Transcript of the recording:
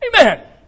Amen